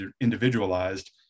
individualized